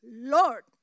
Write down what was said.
Lord